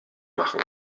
machen